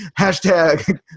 Hashtag